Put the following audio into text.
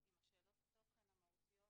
התוכן המהותיות,